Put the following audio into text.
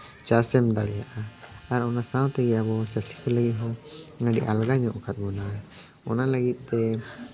ᱪᱟᱥᱮᱢ ᱫᱟᱲᱮᱭᱟᱜᱼᱟ ᱟᱨ ᱚᱱᱟ ᱥᱟᱶᱛᱮ ᱟᱵᱚ ᱪᱟᱹᱥᱤ ᱠᱚ ᱞᱟᱹᱜᱤᱫ ᱦᱚᱸ ᱟᱹᱰᱤ ᱟᱞᱜᱟ ᱧᱚᱜ ᱠᱟᱜ ᱵᱚᱱᱟ ᱚᱱᱟ ᱞᱟᱹᱜᱤᱫ ᱛᱮ